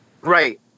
Right